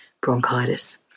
bronchitis